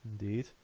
Indeed